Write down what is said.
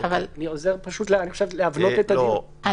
אני עוזר להבנות את הדיון.